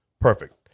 Perfect